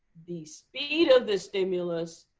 the speed of the stimulus,